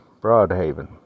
Broadhaven